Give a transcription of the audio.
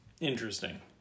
Interesting